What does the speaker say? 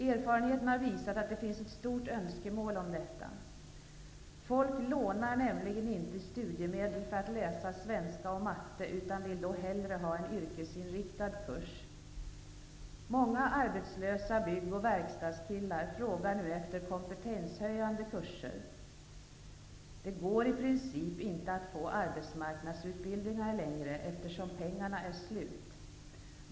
Erfarenheten har visat att det finns ett stort önskemål om detta. Folk lånar nämligen inte studiemedel för att läsa svenska och matte, utan vill då hellre ha en yrkesinriktad kurs. Många arbetslösa bygg och verkstadskillar frågar nu efter kompetenshöjande kurser. Det går i princip inte att få arbetsmarknadsutbildningar längre, eftersom pengarna är slut.